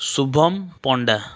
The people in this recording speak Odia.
ଶୁଭମ ପଣ୍ଡା